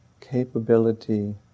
capability